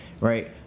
right